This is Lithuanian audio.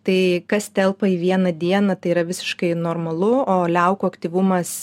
tai kas telpa į vieną dieną tai yra visiškai normalu o liaukų aktyvumas